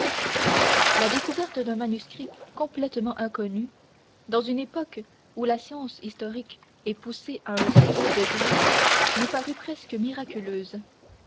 la découverte d'un manuscrit complètement inconnu dans une époque où la science historique est poussée à un si haut degré nous parut presque miraculeuse